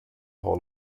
hall